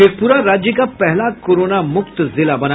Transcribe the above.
शेखपुरा राज्य का पहला कोरोना मुक्त जिला बना